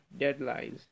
deadlines